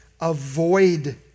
avoid